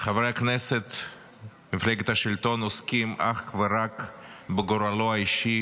חברי הכנסת ממפלגת השלטון עוסקים אך ורק בגורלו האישי